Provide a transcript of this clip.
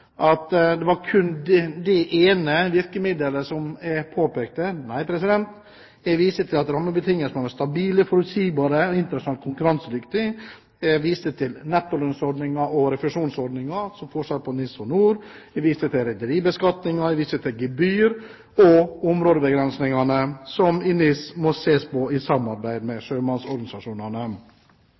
at det var kun det ene virkemiddelet jeg påpekte. Nei, jeg viste til at rammebetingelsene må være stabile, forutsigbare og internasjonalt konkurransedyktige, jeg viste til nettolønnsordningen og refusjonsordningen, og så forskjellen på NIS og NOR, jeg viste til rederibeskatningen, og jeg viste til gebyr og fartsområdebegrensningene som i NIS må ses på i samarbeid med sjømannsorganisasjonene.